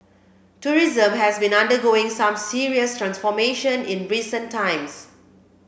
tourism has been undergoing some serious transformation in recent times